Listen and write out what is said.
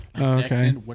okay